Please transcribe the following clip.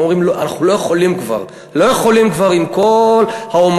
הם אומרים: אנחנו לא יכולים כבר עם כל העומסים.